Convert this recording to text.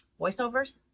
voiceovers